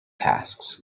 tasks